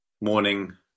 morning